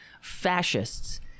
fascists